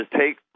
take